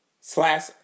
slash